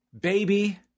baby